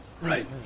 right